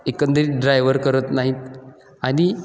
एकंदरीत ड्रायवर करत नाहीत आणि